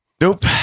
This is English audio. nope